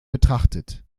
betrachtet